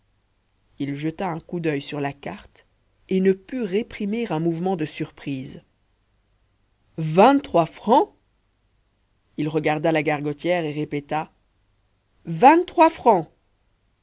il jeta un coup d'oeil sur la carte et ne put réprimer un mouvement de surprise vingt-trois francs il regarda la gargotière et répéta vingt-trois francs